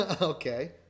Okay